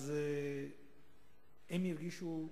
הם הרגישו,